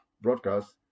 broadcast